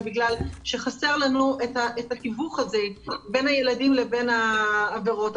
בגלל שחסר לנו את התיווך הזה בין הילדים לבין העבירות.